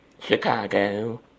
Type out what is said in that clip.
Chicago